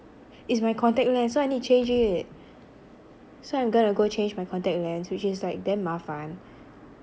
it's my contact lense so I need to change it so I'm gonna go change my contact lense which is like damn 麻烦